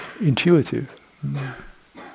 Intuitive